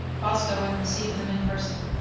boscawen received them in person,